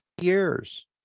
years